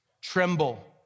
tremble